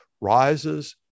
rises